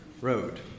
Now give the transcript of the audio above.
Road